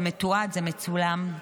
זה מתועד, זה מצולם.